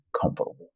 comfortable